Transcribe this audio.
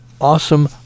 awesome